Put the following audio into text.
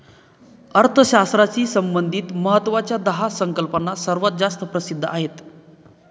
अर्थशास्त्राशी संबंधित महत्वाच्या दहा संकल्पना सर्वात जास्त प्रसिद्ध आहेत